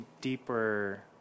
deeper